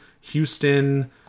Houston